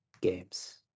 games